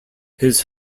his